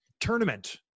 tournament